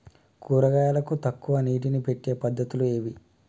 కూరగాయలకు తక్కువ నీటిని పెట్టే పద్దతులు ఏవి?